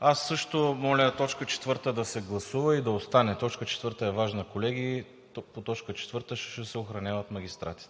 Аз също моля т. 4 да се гласува и да остане. Точка 4 е важна, колеги, по т. 4 ще се охраняват всички магистрати